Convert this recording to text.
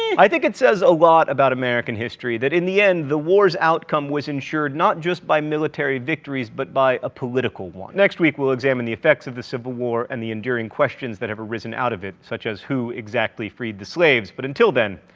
i think it says a lot about american history that in the end the war's outcome was insured not just by military victories but by a political one. next week, we'll examine the effects of the civil war and the enduring questions that have arisen out of it, such as who, exactly, freed the slaves? but, until then,